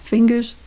Fingers